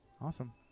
Awesome